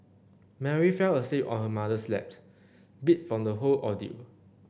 Mary fell asleep on her mother's lap beat from the whole ordeal